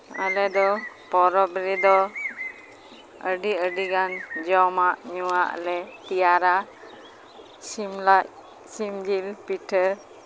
ᱟᱞᱮ ᱫᱚ ᱯᱚᱨᱚᱵᱽ ᱨᱮᱫᱚ ᱟᱹᱰᱤ ᱟᱹᱰᱤ ᱜᱟᱱ ᱡᱚᱢᱟᱜᱼᱧᱩᱣᱟᱜ ᱞᱮ ᱛᱮᱭᱟᱨᱟ ᱥᱤᱢ ᱞᱟᱡ ᱥᱤᱢ ᱡᱤᱞ ᱯᱤᱴᱷᱟᱹ